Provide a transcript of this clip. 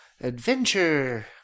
adventure